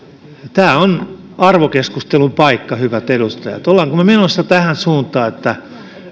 tämä on arvokeskustelun paikka hyvät edustajat olemmeko me menossa tähän suuntaan että